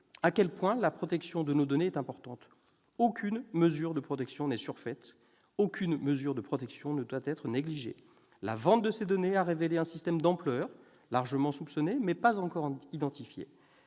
à quel point la protection de nos données est importante. Aucune mesure de protection n'est surfaite ; aucune mesure de protection ne doit être négligée. La vente de ces données a révélé un système d'ampleur, largement soupçonné, mais pas encore identifié.